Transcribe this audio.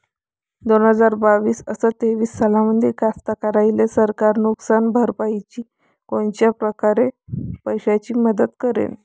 दोन हजार बावीस अस तेवीस सालामंदी कास्तकाराइले सरकार नुकसान भरपाईची कोनच्या परकारे पैशाची मदत करेन?